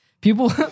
people